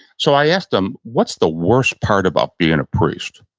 so, i asked him, what's the worst part about being a priest?